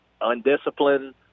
undisciplined